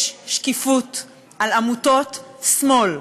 יש שקיפות של עמותות שמאל,